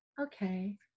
okay